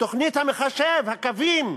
תוכנית המחשב, הקווים,